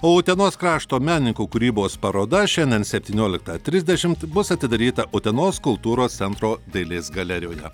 o utenos krašto menininkų kūrybos paroda šiandien septynioliktą trisdešimt bus atidaryta utenos kultūros centro dailės galerijoje